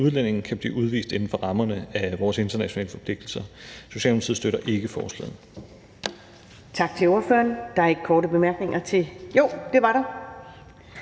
udlændinge kan blive udvist inden for rammerne af vores internationale forpligtelser. Socialdemokratiet støtter ikke forslaget.